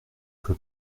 que